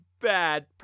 bad